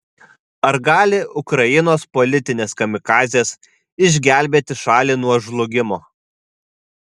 ar gali ukrainos politinės kamikadzės išgelbėti šalį nuo žlugimo